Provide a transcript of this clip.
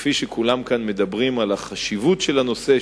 שכפי שכולם כאן מדברים על החשיבות של הנושא,